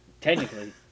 technically